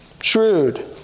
shrewd